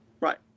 Right